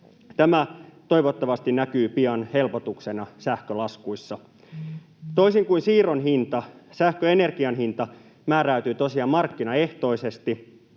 Tämä toivottavasti näkyy pian helpotuksena sähkölaskuissa. Toisin kuin siirron hinta sähköenergian hinta määräytyy tosiaan markkinaehtoisesti